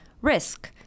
risk